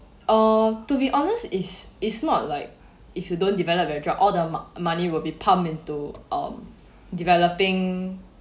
err to be honest is is not like if you don't develop your drug all the m~ money will be pumped into um developing